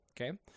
Okay